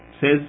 says